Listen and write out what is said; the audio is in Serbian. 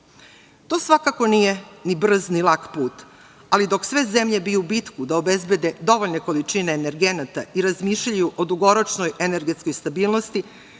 svakako nije ni brz ni lak put, ali dok sve zemlje biju bitku da obezbede dovoljne količine energenata i razmišljaju o dugoročnoj energetskoj stabilnosti,